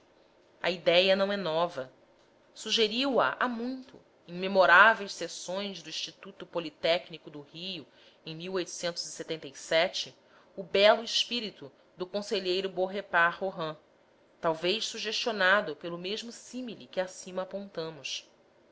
a idéia não é nova sugeriu a há muito em memoráveis sessões do instituto politécnico do rio em o belo espírito do conselheiro beaurepaire rohan talvez sugestionado pelo mesmo símile que acima apontamos das